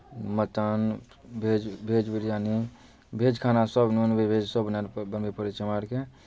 mutton भेज भेज बिरयानी भेज खानासभ नोन भेज भेज सभ बनायल बनबय पड़ै छै हमरा आरके